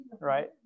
right